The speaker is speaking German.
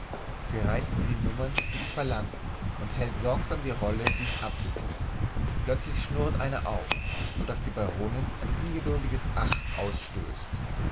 sie reicht mir die nummern die ich verlange und hält sorgsam die rolle die ich abwickle plötzlich schnurrt eine auf so daß die baronin ein ungeduldiges ach ausstößt